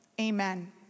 Amen